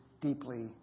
deeply